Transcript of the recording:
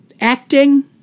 Acting